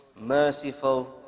merciful